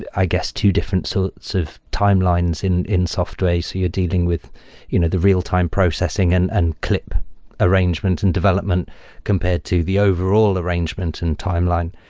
i guess, two different so sort of timelines in in software. so you're dealing with you know the real-time processing and and clip arrangement and development compared to the overall arrangements and timeline.